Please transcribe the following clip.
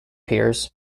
piers